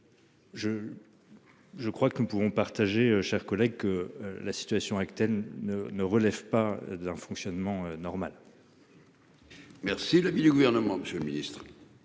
Je crois que nous ne pouvons partager. Chers collègues, que la situation actuelle ne ne relève pas d'un fonctionnement normal. Merci l'avis du gouvernement, Monsieur le Ministre.